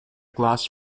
glass